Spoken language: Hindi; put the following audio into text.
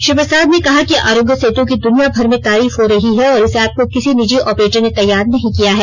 श्री प्रसाद ने कहा कि आरोग्य सेतु की दुनिया भर में तारीफ हो रही है और इस ऐप को किसी निजी ऑपरेटर ने तैयार नहीं किया है